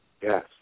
Yes